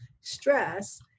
stress